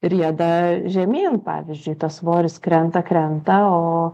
rieda žemyn pavyzdžiui tas svoris krenta krenta o